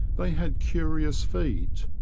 they had curious feet,